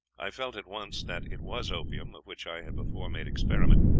i felt at once that it was opium, of which i had before made experiment,